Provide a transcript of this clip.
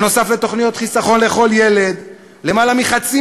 בנוסף לתוכנית "חיסכון לכל ילד"; למעלה מחצי